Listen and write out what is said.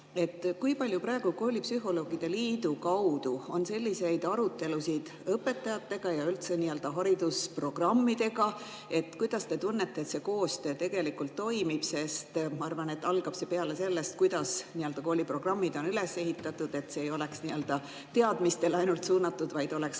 Kui palju praegu koolipsühholoogide liidu kaudu on selliseid arutelusid õpetajatega ja üldse haridusprogrammidega? Kuidas te tunnete, kas see koostöö toimib? Sest ma arvan, et algab see peale sellest, kuidas kooliprogrammid on üles ehitatud, et see ei oleks nii-öelda ainult teadmistele suunatud, vaid oleks